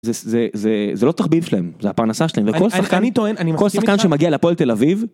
זה זה זה זה לא תחביב שלהם זה הפרנסה שלהם וכל שחקנים אני טוען, כל שחקן שמגיע להפועל תל אביב.